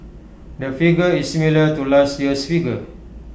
the figure is similar to last year's figure